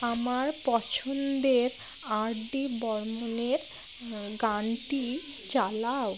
আমার পছন্দের R D বর্মনের গানটি চালাও